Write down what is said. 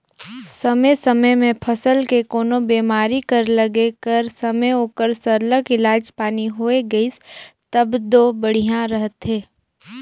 समे समे में फसल के कोनो बेमारी कर लगे कर समे ओकर सरलग इलाज पानी होए गइस तब दो बड़िहा रहथे